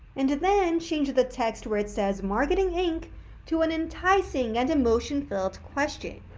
and then change the text where it says marketing inc to an enticing and emotion-filled question,